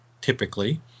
typically